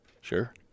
Sure